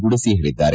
ಗುಡಸಿ ಹೇಳಿದ್ದಾರೆ